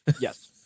Yes